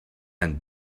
and